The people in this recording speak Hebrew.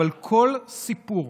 אבל כל סיפור